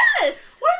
Yes